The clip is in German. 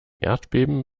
erdbeben